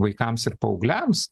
vaikams ir paaugliams